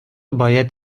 باید